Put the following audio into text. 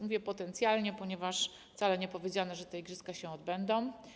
Mówię: potencjalnie, ponieważ wcale nie jest powiedziane, że te igrzyska się odbędą.